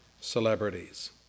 celebrities